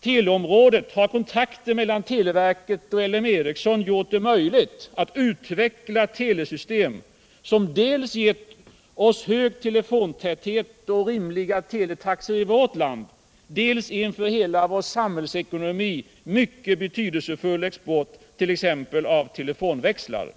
teleområdet har kontakter mellan televerket och L M Ericsson gjort det möjligt att utveckla telesystem som gett oss dels hög telefontäthet och rimliga teletaxor i landet, dels en för hela vår samhällsekonomi mycket betydelsefull export av t.ex. telefonväxlar.